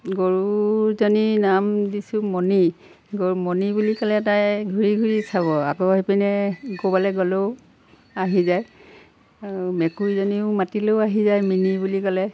গৰুজনীৰ নাম দিছোঁ মণি গৰু মণি বুলি ক'লে তাই ঘূৰি ঘূৰি চাব আকৌ এপিনে ক'ৰবালৈ গ'লেও আহি যায় আৰু মেকুৰীজনীও মাতিলেও আহি যায় মিনি বুলি ক'লে